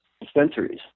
dispensaries